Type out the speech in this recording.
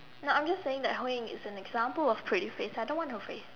no I am just saying that Hui-Ying is an example of pretty face I don't want her face